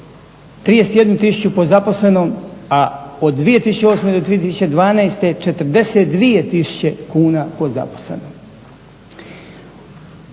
tisuću pod zaposlenom a od 2008.-2012. 42 tisuće kuna po zaposlenom.